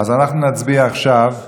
תלוי מי היושב-ראש שם.